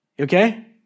okay